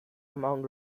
among